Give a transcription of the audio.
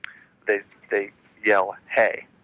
they they yell, hey.